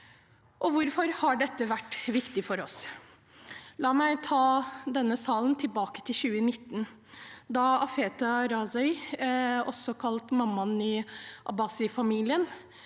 Hvorfor har dette vært viktig for oss? La meg ta denne salen tilbake til 2019, da Atefa Rezaie, også kalt mammaen i Abbasi-familien,